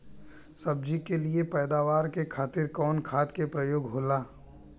सब्जी के लिए पैदावार के खातिर कवन खाद के प्रयोग होला?